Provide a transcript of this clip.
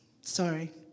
Sorry